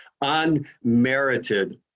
unmerited